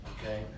okay